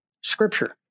Scripture